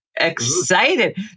Excited